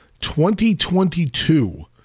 2022